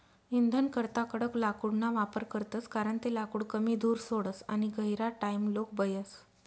इंधनकरता कडक लाकूडना वापर करतस कारण ते लाकूड कमी धूर सोडस आणि गहिरा टाइमलोग बयस